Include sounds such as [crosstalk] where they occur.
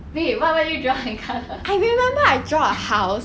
wait what what did you draw and colour [laughs] [breath]